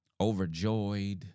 overjoyed